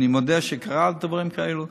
אני מודה שקרו דברים כאלה,